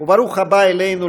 וברוך הבא אלינו,